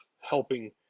helping